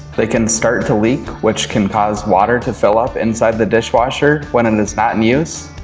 they can start to leak which can cause water to fill up inside the dishwasher when and it is not in use.